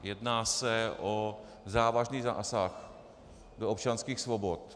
Jedná se o závažný zásah do občanských svobod.